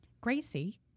Gracie